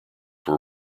were